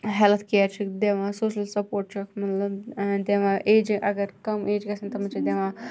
health care چھِکھ دِوان social support چھُکھ مِلان دِوان ایجہِ اَگَر کَم گَژھِ تِمَن چھِ دِوان